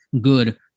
good